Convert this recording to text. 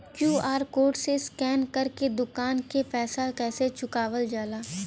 QR code से scan कर के दुकान के पैसा कैसे चुकावल जाला?